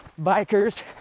Bikers